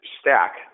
stack